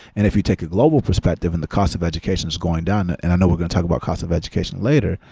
and if you take a global perspective and the cost of education is going down, and i know we're going to talk about cost of education later,